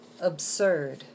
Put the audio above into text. absurd